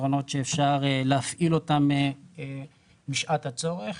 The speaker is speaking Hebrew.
כפתרונות שאפשר להפעיל אותם בשעת הצורך